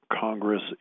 Congress